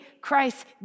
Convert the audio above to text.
Christ